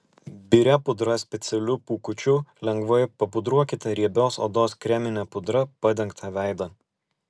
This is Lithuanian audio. biria pudra specialiu pūkučiu lengvai papudruokite riebios odos kremine pudra padengtą veidą